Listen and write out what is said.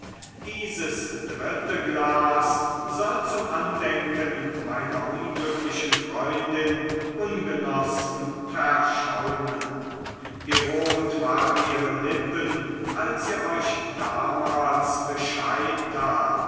dieses dritte glas soll zum andenken meiner unglücklichen freundin ungenossen verschäumen wie rot waren ihre lippen als sie euch damals bescheid tat